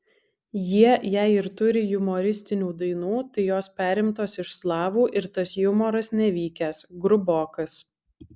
jie jei ir turi jumoristinių dainų tai jos perimtos iš slavų ir tas jumoras nevykęs grubokas